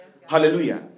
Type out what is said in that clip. Hallelujah